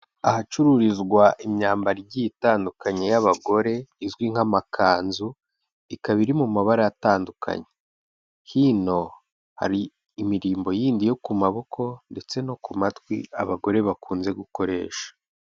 Ahacururizwa imyambaro igiye itandukanye y'abagore izwi nk'amakanzu, ikaba iri mu mabara atandukanye, hino hari imirimbo y'indi yo ku maboko ndetse no ku matwi abagore bakunze gukoresha.